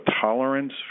tolerance